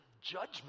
judgment